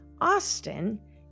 Austin